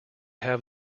have